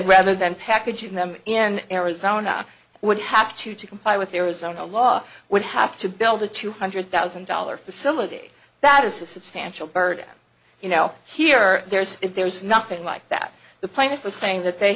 rather than packaging them in arizona would have to to comply with the arizona law would have to build a two hundred thousand dollars facility that is a substantial burden you know here there's if there is nothing like that the plaintiff was saying that they